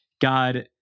God